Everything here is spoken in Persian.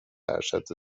ارشد